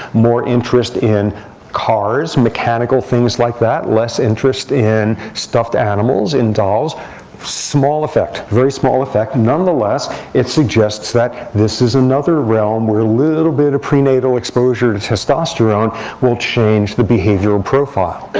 more interest in cars, mechanical things like that, less interest in stuffed animals, in dolls small effect, very small effect. nonetheless, it suggests that this is another realm where a little bit of prenatal exposure to testosterone will change the behavioral profile.